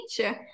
nature